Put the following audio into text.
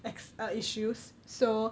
ex~ uh issues so